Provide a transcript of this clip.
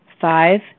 Five